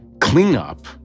cleanup